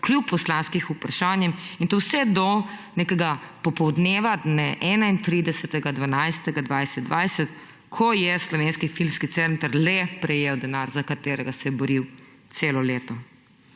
kljub poslanskim vprašanjem in to vse do nekega popoldneva dne 31. 12. 2020, ko je Slovenski filmski center le prejel denar, za katerega se je boril celo leto.